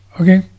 Okay